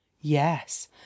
yes